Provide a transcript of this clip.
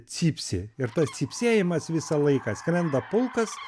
cypsi ir tas cypsėjimas visą laiką skrenda pulkas